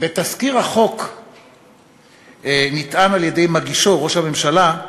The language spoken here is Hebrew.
בתזכיר החוק נטען על-ידי מגישו, ראש הממשלה,